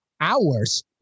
hours